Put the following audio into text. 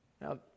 Now